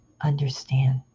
understand